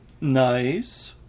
Nice